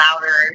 louder